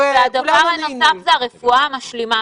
הדבר הנוסף זו הרפואה המשלימה.